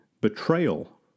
betrayal